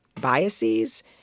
biases